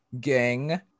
gang